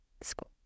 school